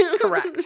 Correct